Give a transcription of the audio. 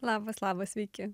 labas labas sveiki